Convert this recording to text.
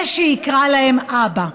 זה שיקרא להם אבא.